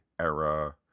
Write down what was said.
era